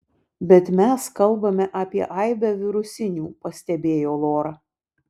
bet mes kalbame apie aibę virusinių pastebėjo lora